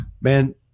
man